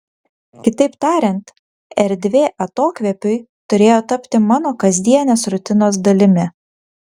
kitaip tariant erdvė atokvėpiui turėjo tapti mano kasdienės rutinos dalimi